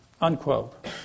unquote